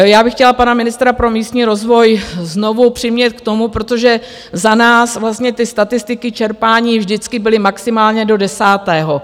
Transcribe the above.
Já bych chtěla pana ministra pro místní rozvoj znovu přimět k tomu, protože za nás vlastně ty statistiky čerpání vždycky byly maximálně do desátého.